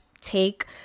take